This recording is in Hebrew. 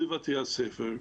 לבתי הספר,